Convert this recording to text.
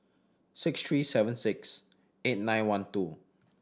six three seven six eight nine one two